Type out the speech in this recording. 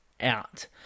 out